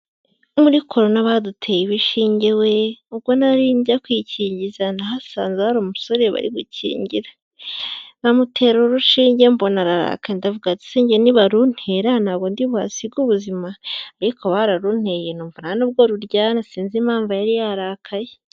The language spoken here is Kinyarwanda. Muri korona baduteye ibishinge we! Ubwo nari njya kwikingiza nahasanze hari umusore bari gukingira, bamutera urushinge mbona ararakaye, ndavuga ati se njye nibaruntera ntabwo ndi buhasige ubuzima, ariko barunteye numva nta n'ubwo ruryana, sinzi impamvu yari yarakaye.